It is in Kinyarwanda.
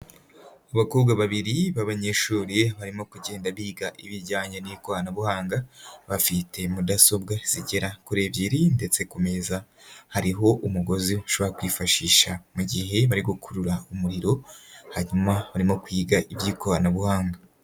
Abakobwa babiri b'abanyeshuri barimo kugenda biga ibijyanye n'ikoranabuhanga bafite mudasobwa zigera kuri ebyiri ndetse ku meza hariho umugozi bashobora kwifashisha mu gihe bari gukurura umuriro, hanyuma barimo kwiga iby'ikoranabuhanga.